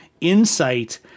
insight